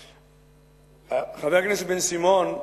חבר הכנסת בן-סימון המעיט,